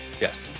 yes